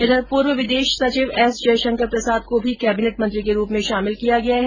इधर पूर्व विदेश सचिव एस जयशंकर प्रसाद को भी केबिनेट मंत्री के रूप में शामिल किया गया है